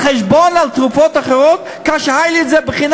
על חשבון תרופות אחרות, כאשר זה היה לי בחינם,